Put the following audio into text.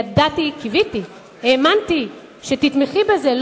ידעתי, קיוויתי, האמנתי שתתמכי בזה.